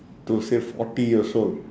to say forty years old